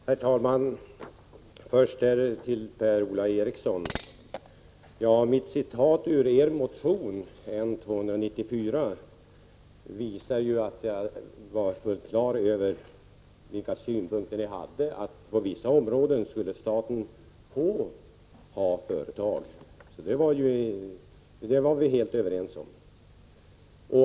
Herr talman! Först till Per-Ola Eriksson: Mitt citat ur er motion N294 visar juatt jag är fullt på det klara med vilka synpunkter ni hade, att staten på vissa områden skulle få ha företag. Det var vi helt överens om.